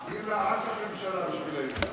גילה, את הממשלה בשבילנו.